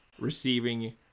receiving